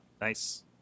nice